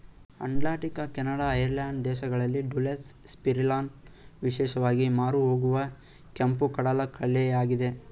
Atlantic, Canada, Ireland ದೇಶಗಳಲ್ಲಿ dulse, spirulina ವಿಶೇಷವಾಗಿ ಮಾರುಹೋಗುವ ಕೆಂಪು ಕಡಲಕಳೆಯಾಗಿದೆ